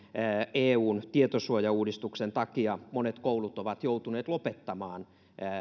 eun tietosuojauudistuksen takia monet koulut ovat joutuneet lopettamaan